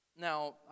Now